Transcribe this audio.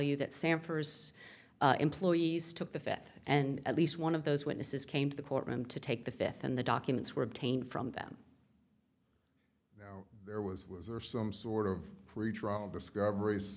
you that sanford's employees took the fifth and at least one of those witnesses came to the courtroom to take the fifth and the documents were obtained from them there was some sort of pretrial discover